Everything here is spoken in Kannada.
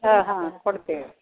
ಹಾಂ ಹಾಂ ಕೊಡ್ತೇವೆ